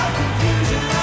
confusion